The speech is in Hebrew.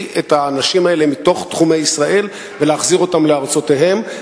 האנשים האלה מתוך תחומי ישראל והחזרתם לארצותיהם,